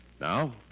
Now